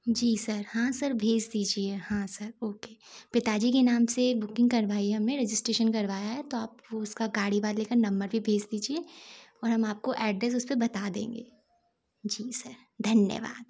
जी sir हाँ sir भेज दीजिए हाँ सर ओके पिता जी के नाम से बुकिंग कारवाई है हम रेजिस्ट्रैशन करवाए हैं तो आप वो आप उसका गाड़ी वाले का नंबर भी भेज दीजिए और हम आप को एड्रैस उस पर बता देंगे जी सर धन्यवाद